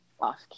off